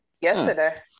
Yesterday